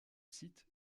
site